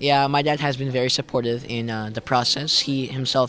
yeah my dad has been very supportive in the process he himself